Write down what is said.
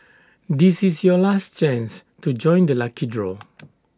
this is your last chance to join the lucky draw